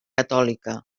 catòlica